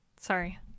Sorry